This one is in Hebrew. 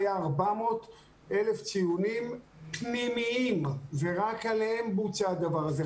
היו 400,000 ציונים פנימיים ורק עליהם בוצע הדבר הזה.